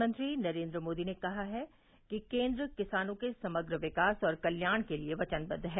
प्रधानमंत्री नरेन्द्र मोदी ने कहा है कि केन्द्र किसानों के समग्र विकास और कल्याण के लिए वचनबद्व है